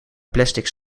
plastieken